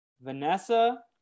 Vanessa